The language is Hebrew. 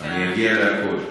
זה לא דו-שיח כאן.